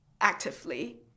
actively